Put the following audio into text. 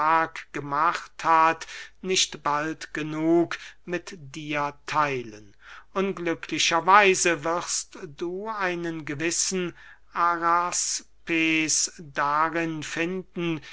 gemacht hat nicht bald genug mit dir theilen unglücklicher weise wirst du einen gewissen araspes darin finden